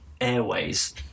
airways